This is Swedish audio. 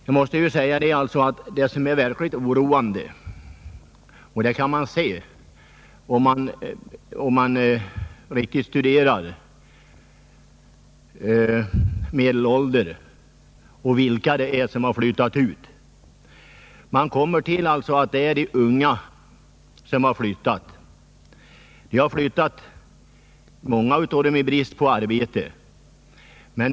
Jag måste säga att det verkligt oroande — det kan man finna om man noggrant studerar medelåldern och vilka som flyttat ut — är att de unga har flyttat. Många av dem har flyttat i brist på arbete.